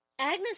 Agnes